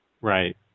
Right